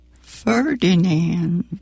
Ferdinand